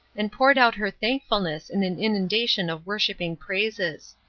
and poured out her thankfulness in an inundation of worshiping praises.